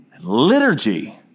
Liturgy